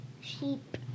sheep